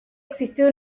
existido